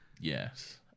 Yes